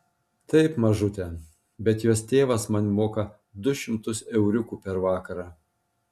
taip mažute bet jos tėvas man moka du šimtus euriukų per vakarą